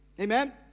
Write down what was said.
Amen